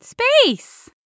Space